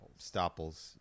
Stopples